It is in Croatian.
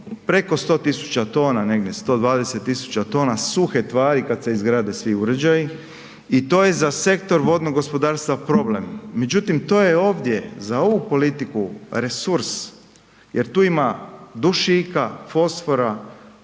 preko 100.000 tona negdje, 120.000 tona suhe tvari kad se izgrade svi uređaji i to je za sektor vodnog gospodarstva problem, međutim to je ovdje za ovu politiku resurs jer tu ima dušika, fosfora,